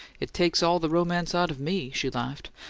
it takes all the romance out of me, she laughed.